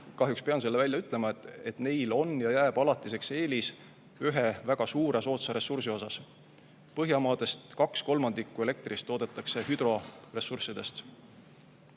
kahjuks pean selle välja ütlema – on ja jääb alatiseks eelis ühe väga suure soodsa ressursi tõttu. Põhjamaades kaks kolmandikku elektrist toodetakse hüdroressurssidest.